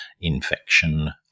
infection